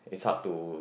it's hard to